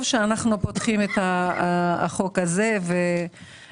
טוב שאנחנו פותחים את החוק הזה ואת